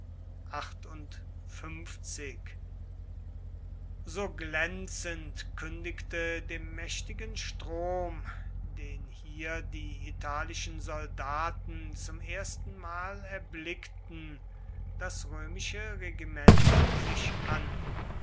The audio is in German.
so glänzend kündigte dem mächtigen strom den hier die italischen soldaten zum erstenmal erblickten das römische regiment sich an